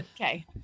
Okay